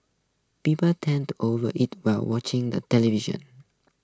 people tend to over eat while watching the television